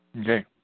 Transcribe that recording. Okay